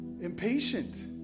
Impatient